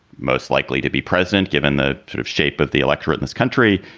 most likely to be president, given the sort of shape of the electorate in this country,